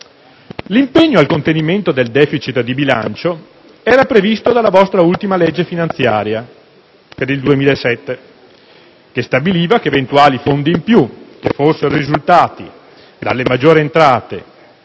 L'impegno al contenimento del *deficit* di bilancio era previsto dalla vostra ultima legge finanziaria per il 2007 che stabiliva che eventuali fondi in più, che fossero risultati dalle maggiori entrate